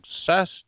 success